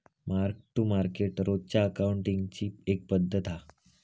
mark to market रोजच्या अकाउंटींगची एक पद्धत हा